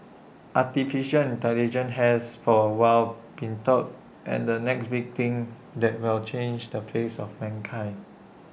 Artificial Intelligence has for A while been touted and the next big thing that will change the face of mankind